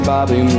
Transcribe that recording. Bobby